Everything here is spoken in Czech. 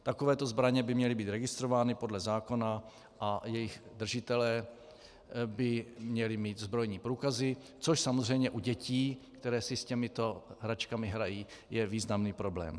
Takovéto zbraně by měly být registrovány podle zákona a jejich držitelé by měli mít zbrojní průkazy, což samozřejmě u dětí, které si s těmito hračkami hrají, je významný problém.